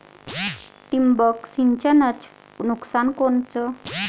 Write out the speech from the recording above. ठिबक सिंचनचं नुकसान कोनचं?